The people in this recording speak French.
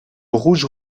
rouge